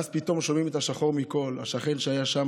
ואז פתאום שומעים את השחור מכול: השכן שם,